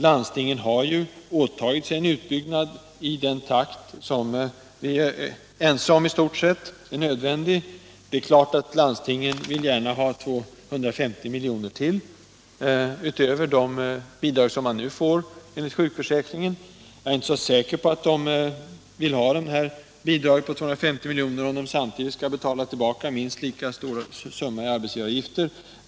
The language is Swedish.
Landstingen har åtagit sig en utbyggnad i den takt som vi är ense om är nödvändig. Landstingen vill naturligtvis gärna ha 250 milj.kr. utöver det man nu får enligt sjukförsäkringen. Men jag är inte så säker på att de vill ha bidraget på 250 milj.kr. om de skall betala tillbaka en lika stor summa i arbetsgivaravgifter.